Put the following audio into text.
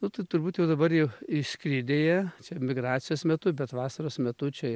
nu tai turbūt jau dabar jau išskridę jie čia migracijos metu bet vasaros metu čia